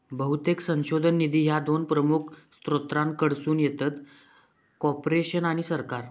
बहुतेक संशोधन निधी ह्या दोन प्रमुख स्त्रोतांकडसून येतत, कॉर्पोरेशन आणि सरकार